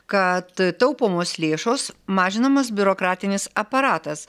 kad taupomos lėšos mažinamas biurokratinis aparatas